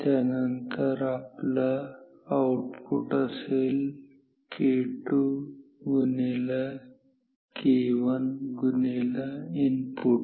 त्यानंतर आपला आउटपुट असेल k2 गुणीला k1 गुणीला इनपुट